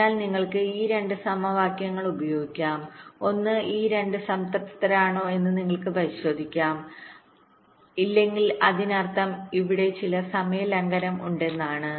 അതിനാൽ നിങ്ങൾക്ക് ഈ 2 സമവാക്യങ്ങൾ ഉപയോഗിക്കാം ഒന്ന് ഈ 2 സംതൃപ്തരാണോ എന്ന് നിങ്ങൾക്ക് പരിശോധിക്കാം ഇല്ലെങ്കിൽ അതിനർത്ഥം അവിടെ ചില സമയ ലംഘനം ഉണ്ടെന്നാണ്